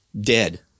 dead